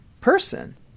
person